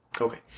Okay